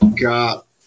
got